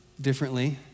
differently